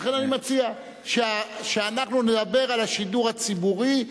לכן אני מציע שאנחנו נדבר על השידור הציבורי,